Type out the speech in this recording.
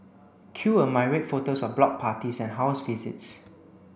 cue a myriad photos of block parties and house visits